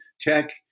Tech